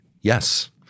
Yes